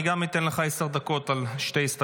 אני אתן גם לך עשר דקות, על שתי הסתייגויות.